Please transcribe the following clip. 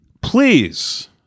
Please